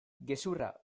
gezurra